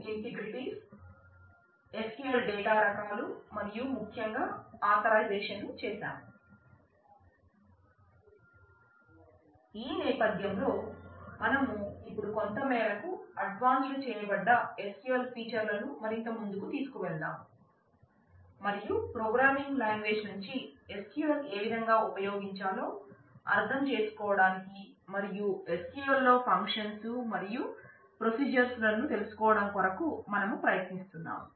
ఈ నేపథ్యం లో మనం ఇప్పుడు కొంత మేరకు అడ్వాన్స్ చేయబడ్డ SQL ఫీచర్లను లను తెలుసుకోవడం కొరకు మనం ప్రయత్నిస్తున్నాము